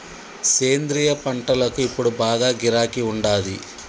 సేంద్రియ పంటలకు ఇప్పుడు బాగా గిరాకీ ఉండాది